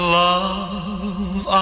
love